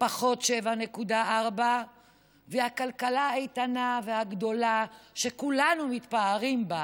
פחות 7.4. והכלכלה האיתנה והגדולה שכולנו מתפארים בה,